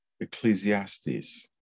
Ecclesiastes